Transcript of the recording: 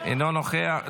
אינו נוכח.